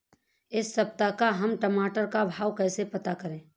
इस सप्ताह का हम टमाटर का भाव कैसे पता करें?